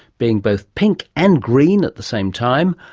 being both pink and green at the same time,